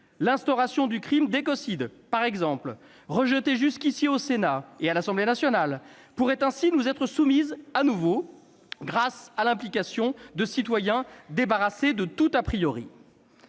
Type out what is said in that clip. L'instauration du crime d'écocide, par exemple, rejetée jusqu'ici au Sénat et à l'Assemblée nationale, pourrait ainsi nous être soumise de nouveau grâce à l'implication de citoyens débarrassés de tout Attendons